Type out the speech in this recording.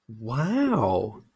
Wow